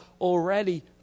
already